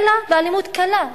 אלא באלימות קלה.